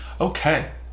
Okay